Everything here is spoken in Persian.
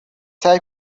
سعی